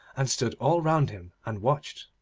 and stood all round him and watched